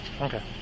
Okay